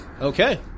Okay